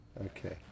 Okay